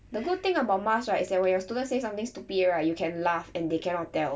the good thing about mask right is that when your student say something stupid right you can laugh and they cannot tell